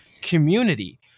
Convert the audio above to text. community